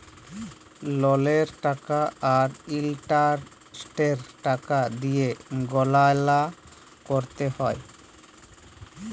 ললের টাকা আর ইলটারেস্টের হার দিঁয়ে গললা ক্যরতে হ্যয়